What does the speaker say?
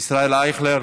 ישראל אייכלר,